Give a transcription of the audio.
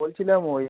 বলছিলাম ওই